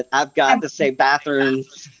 ah i have got to say bathrooms.